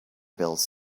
bills